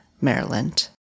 Maryland